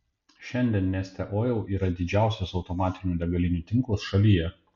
šiandien neste oil yra didžiausias automatinių degalinių tinklas šalyje